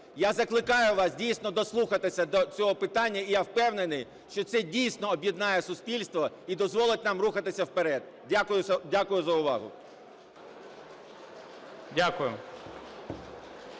Я закликаю вас дійсно дослухатися до цього питання. І я впевнений, що це дійсно об'єднає суспільство і дозволить нам рухатися вперед. Дякую за увагу. Веде